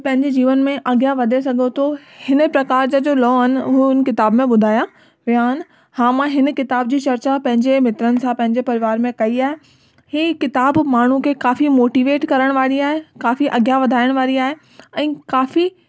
पंहिंजे जीवन में अॻियां वधे सघो थो हिन प्रकार जा जो लॉ आहिनि हुअ हुन किताबु में ॿुधायां विया आहिनि हा मां हिन किताबु जी चर्चा पंहिंजे मित्रनि सां पंहिंजे परिवार में कई आहे हीअ किताब माण्हू खे काफ़ी मोटिवेट करण वारी आहे काफ़ी अॻियां वधाइण वारी आहे ऐं काफ़ी